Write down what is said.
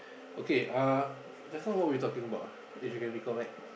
okay uh just now what we were talking about ah if you can recall back